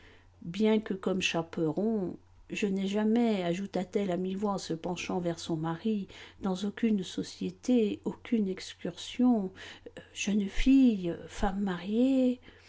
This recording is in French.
bien que comme chaperon je n'ai jamais ajouta-t-elle à mi-voix en se penchant vers son mari dans aucune société aucune excursion jeune fille femme mariée